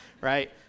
right